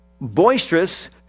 boisterous